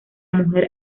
mujer